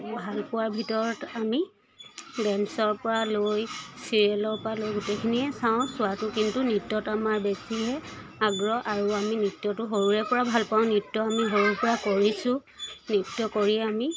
ভাল পোৱাৰ ভিতৰত আমি ডেঞ্চৰ পৰা লৈ ছিৰিয়েলৰ পৰা লৈ গোটেইখিনিয়ে চাওঁ চোৱাটো কিন্তু নৃত্যত আমাৰ বেছিয়ে আগ্ৰহ আৰু আমি নৃত্যটো সৰুৰে পৰা ভাল পাওঁ নৃত্য আমি সৰুৰ পৰা কৰিছোঁ নৃত্য কৰি আমি